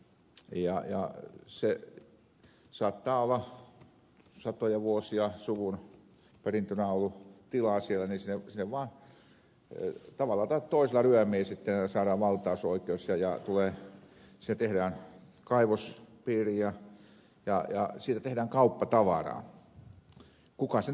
se saattaa olla satoja vuosia suvun perintönä ollut tila siellä niin sinne vaan tavalla tai toisella ryömii sitten ja saadaan valtausoikeus ja sinne tehdään kaivospiiri ja siitä tehdään kauppatavaraa kuka sen tekeekin